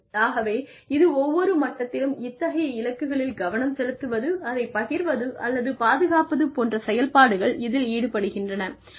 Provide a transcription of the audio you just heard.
ஆகவே இது ஒவ்வொரு மட்டத்திலும் இத்தகைய இலக்குளில் கவனம் செலுத்துவது அதைப் பகிர்வது அல்லது பாதுகாப்பது போன்ற செயல்பாடுகள் இதில் ஈடுபடுகின்றன